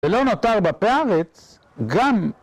ולא נותר בפארץ גם...